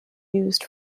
used